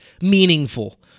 meaningful